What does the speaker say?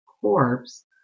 corpse